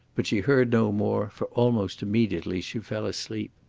but she heard no more, for almost immediately she fell asleep.